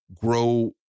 grow